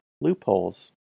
loopholes